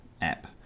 app